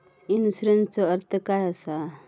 इन्शुरन्सचो अर्थ काय असा?